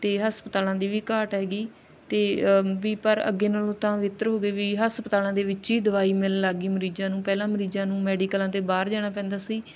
ਅਤੇ ਹਸਪਤਾਲਾਂ ਦੀ ਵੀ ਘਾਟ ਹੈਗੀ ਅਤੇ ਵੀ ਪਰ ਅੱਗੇ ਨਾਲੋਂ ਤਾਂ ਬਿਹਤਰ ਹੋ ਗਏ ਵੀ ਹਸਪਤਾਲਾਂ ਦੇ ਵਿੱਚ ਹੀ ਦਵਾਈ ਮਿਲਣ ਲੱਗ ਗਈ ਮਰੀਜ਼ਾਂ ਨੂੰ ਪਹਿਲਾਂ ਮਰੀਜ਼ਾਂ ਨੂੰ ਮੈਡੀਕਲਾਂ 'ਤੇ ਬਾਹਰ ਜਾਣਾ ਪੈਂਦਾ ਸੀ